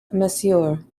monsieur